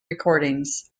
recordings